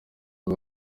ubu